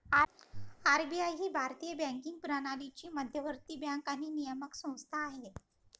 RBI ही भारतीय banking प्रणालीची मध्यवर्ती बँक आणि नियामक संस्था आहे